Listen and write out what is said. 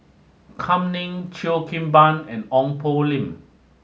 Kam Ning Cheo Kim Ban and Ong Poh Lim